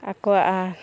ᱟᱠᱚᱣᱟᱜ